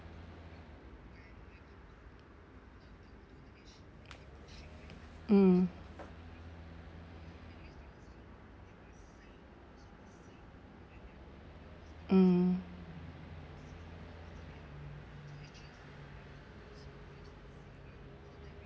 mm mm